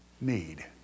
need